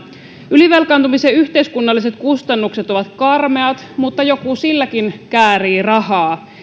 ylivelkaantumisen yhteiskunnalliset kustannukset ovat karmeat mutta joku silläkin käärii rahaa